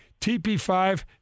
TP5